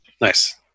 Nice